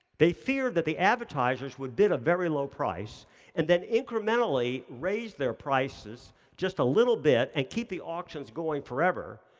they feared that the advertisers would bid a very low price and then incrementally raised their prices just a little bit and keep the auctions going forever.